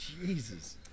Jesus